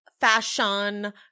fashion